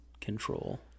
control